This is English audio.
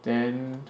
then